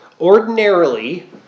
Ordinarily